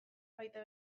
baita